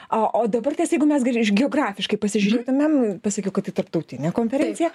a o dabar kas jeigu mes ger iš geografiškai pasižiūrėtumėm pasakiau kad tai tarptautinė konferencija